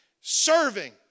Serving